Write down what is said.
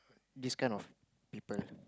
this kind of people